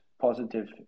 positive